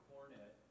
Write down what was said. cornet